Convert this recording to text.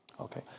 Okay